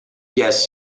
guest